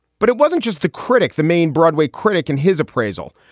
but it wasn't just the critic. the main broadway critic and his appraisal.